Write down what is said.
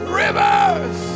rivers